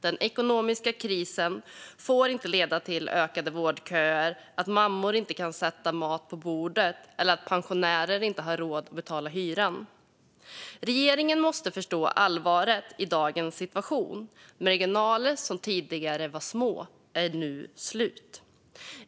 Den ekonomiska krisen får inte leda till ökade vårdköer, till att mammor inte kan sätta mat på bordet eller till att pensionärer inte har råd att betala sina hyror. Regeringen måste förstå allvaret i dagens situation. Marginaler som tidigare var små är nu slut.